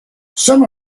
some